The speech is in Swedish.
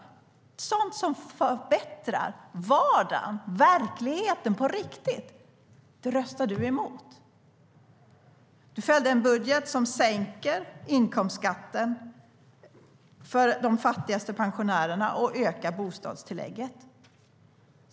Sådant som förbättrar vardagen, verkligheten, på riktigt röstade du mot. Du fällde en budget som sänker inkomstskatten för de fattigaste pensionärerna och höjer bostadstillägget.